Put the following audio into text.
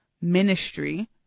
ministry